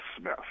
Smith